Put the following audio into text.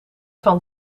van